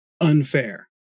unfair